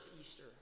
Easter